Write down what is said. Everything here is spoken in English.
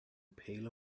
pail